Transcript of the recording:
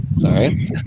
Sorry